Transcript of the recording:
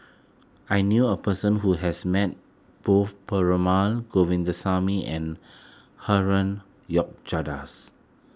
I knew a person who has met both Perumal Govindaswamy and Herman